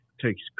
takes